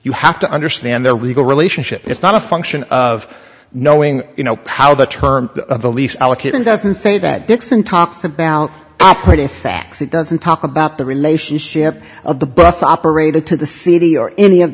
you have to understand there were legal relationship it's not a function of knowing you know how the terms of the lease allocation doesn't say that dixon talks about operating facts it doesn't talk about the relationship of the bus operator to the city or any of